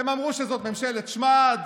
הם אמרו שזאת ממשלת שמד.